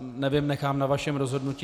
Nevím, nechám na vašem rozhodnutí.